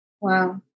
Wow